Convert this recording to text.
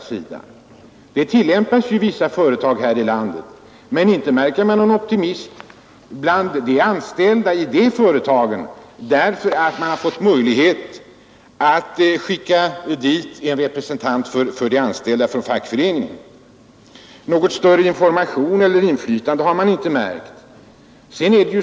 Den metoden tillämpas i vissa företag här i landet, men inte märker man någon optimism bland de anställda i de företagen därför att de har fått möjlighet att skicka en representant från fackföreningen till styrelsesammanträdena. Något större mått av information eller inflytande har man inte märkt.